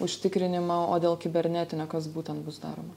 užtikrinimą o dėl kibernetinio kas būtent bus daroma